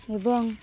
এবং